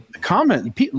comment